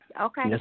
Okay